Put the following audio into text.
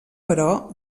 però